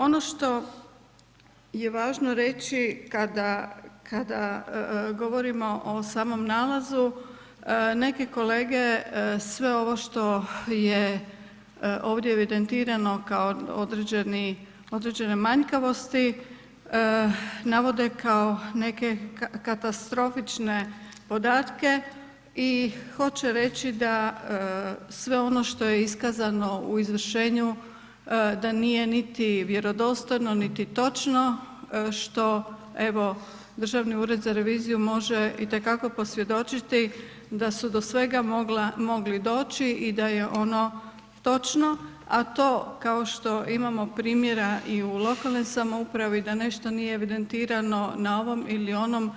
Ono što je važno reći kada govorimo o samom nalazu, neke kolege sve ovo što je ovdje evidentirano kao određene manjkavosti navode kao neke katastrofične podatke i hoće reći da sve ono što je iskazano u izvršenju da nije niti vjerodostojno niti točno što evo Državni ured za reviziju može i te kako posvjedočiti da su do svega mogli doći i da je ono točno, a to kao što imamo primjera i u lokalnoj samoupravi da nešto nije evidentirano na ovom ili onom